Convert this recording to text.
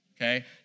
okay